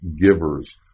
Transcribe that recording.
givers